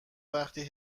وقتی